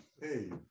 Hey